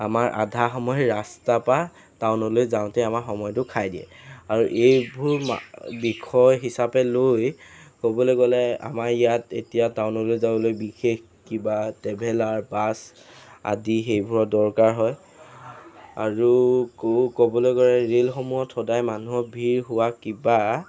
আমাৰ আধা সময় ৰাস্তা পৰা টাউনলৈ যাওঁতে আমাৰ সময়টো খাই দিয়ে আৰু এইবোৰ বিষয় হিচাপে লৈ ক'বলৈ গ'লে আমাৰ ইয়াত এতিয়া টাউনলৈ যাবলৈ বিশেষ কিবা ট্ৰেভেলাৰ বাছ আদি সেইবোৰৰ দৰকাৰ হয় আৰু ক ক'বলৈ গ'লে ৰে'লসমূহত সদায় মানুহৰ ভিৰ হোৱা কিবা